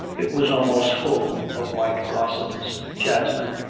it was almost full of white blossoms jasmine,